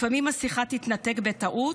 לפעמים השיחה תתנתק ב"טעות",